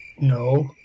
No